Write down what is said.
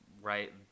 Right